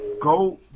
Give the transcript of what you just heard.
go